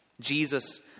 Jesus